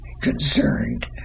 concerned